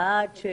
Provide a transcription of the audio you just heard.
אנחנו